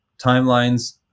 timelines